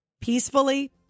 peacefully